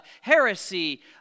heresy